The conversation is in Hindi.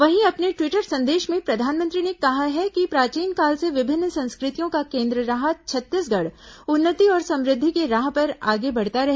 वहीं अपने ट्वीटर संदेश में प्रधानमंत्री ने कहा है कि प्राचीन काल से विभिन्न संस्कृतियों का केन्द्र रहा छत्तीसगढ़ उन्नति और समृद्धि की राह पर आगे बढ़ता रहे